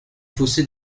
fossé